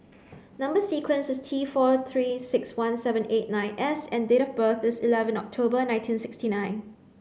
number sequence is T four three six one seven eight nine S and date of birth is eleven October nineteen sixty nine